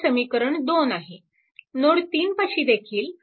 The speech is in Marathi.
हे समीकरण 2 आहे